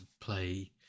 play